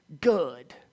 good